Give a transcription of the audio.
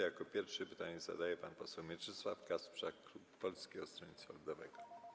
Jako pierwszy pytanie zadaje pan poseł Mieczysław Kasprzak, klub Polskiego Stronnictwa Ludowego.